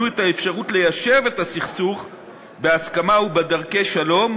את האפשרות ליישב את הסכסוך בהסכמה ובדרכי שלום,